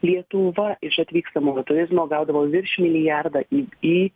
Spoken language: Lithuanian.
lietuva iš atvykstamojo turizmo gaudavo virš milijardą į